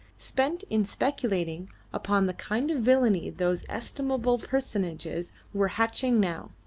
spent in speculating upon the kind of villainy those estimable personages were hatching now.